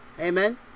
Amen